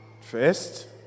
first